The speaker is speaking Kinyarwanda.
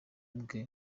bwe